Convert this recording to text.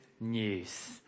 news